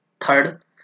third